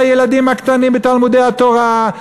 בזה שהוא הרעיב את הילדים הקטנים בתלמודי-התורה,